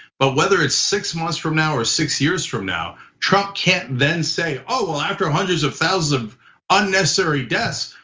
but whether it's six months from now or six years from now, trump can't then say, ah well after hundreds of thousands of unnecessary deaths,